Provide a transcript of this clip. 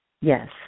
Yes